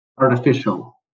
artificial